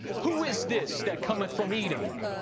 who is this that cometh from edom,